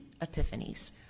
epiphanies